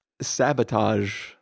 Sabotage